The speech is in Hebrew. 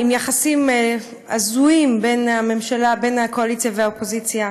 עם יחסים הזויים בין הקואליציה והאופוזיציה.